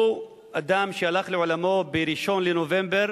הוא אדם שהלך לעולמו ב-1 בנובמבר,